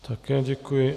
Také děkuji.